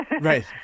right